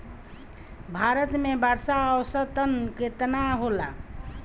भारत में वर्षा औसतन केतना होला?